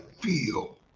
feel